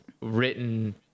written